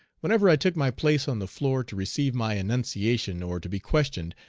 whenever i took my place on the floor to receive my enunciation or to be questioned,